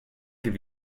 give